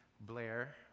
Blair